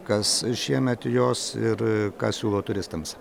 kas šiemet jos ir ką siūlo turistams